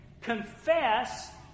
confess